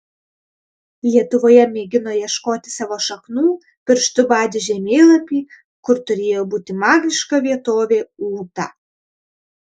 lietuvoje mėgino ieškoti savo šaknų pirštu badė žemėlapį kur turėjo būti magiška vietovė ūta